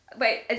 Wait